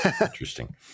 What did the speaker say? interesting